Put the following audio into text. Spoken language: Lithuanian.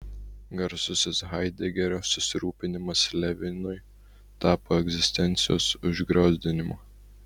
garsusis haidegerio susirūpinimas levinui tapo egzistencijos užgriozdinimu